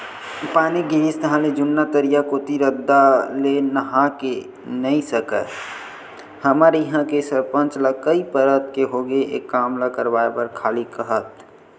पानी गिरिस ताहले जुन्ना तरिया कोती रद्दा ले नाहके नइ सकस हमर इहां के सरपंच ल कई परत के होगे ए काम ल करवाय बर खाली काहत